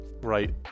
right